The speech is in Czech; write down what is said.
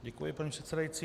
Děkuji, paní předsedající.